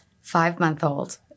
Five-month-old